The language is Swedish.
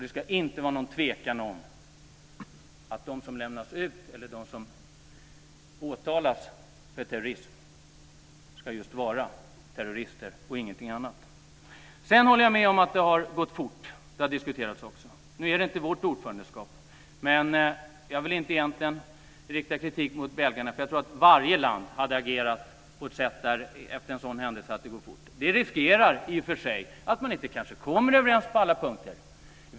Det ska inte råda någon tvekan om att de som lämnas ut eller åtalas för terrorism är terrorister och ingenting annat. Jag håller med om att det har gått fort. Det har också diskuterats. Det är inte Sverige som är ordförande, men jag vill inte rikta kritik mot belgarna. Jag tror att alla länder hade agerat snabbt efter en sådan händelse. Det innebär i och för sig att vi riskerar att inte komma överens på alla punkter.